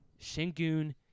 Shingun